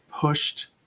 pushed